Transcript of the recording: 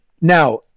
now